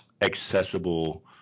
accessible